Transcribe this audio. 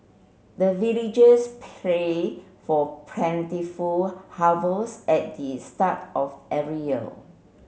the villagers pray for plentiful harvest at the start of every year